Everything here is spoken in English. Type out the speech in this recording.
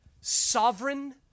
sovereign